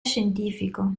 scientifico